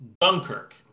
Dunkirk